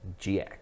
gx